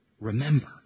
Remember